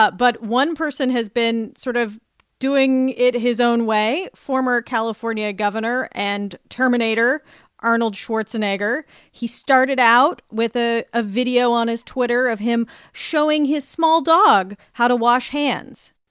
but one person has been sort of doing it his own way. former california governor and terminator arnold schwarzenegger he started out with a ah video on his twitter of him showing his small dog how to wash hands